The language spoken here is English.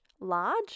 large